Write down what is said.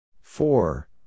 Four